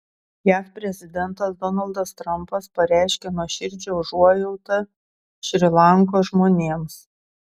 jav prezidentas donaldas trampas pareiškė nuoširdžią užuojautą šri lankos žmonėms